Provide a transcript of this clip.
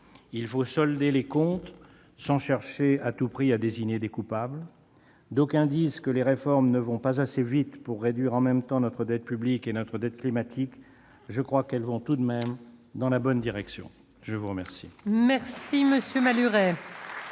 Il faut solder les comptes sans chercher à tout prix à désigner des coupables. D'aucuns disent que les réformes ne vont pas assez vite pour réduire en même temps notre dette publique et notre dette climatique. Je crois qu'elles vont tout de même dans la bonne direction. La parole